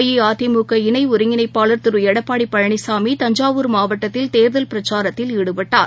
அஅஇஅதிமுக இணைஒருங்கிணைப்பாளர் திருளடப்பாடிபழனிசாமி தஞ்சாவூர் மாவட்டத்தில் தேர்தல் பிரச்சாரத்தில் ஈடுபட்டார்